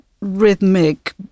rhythmic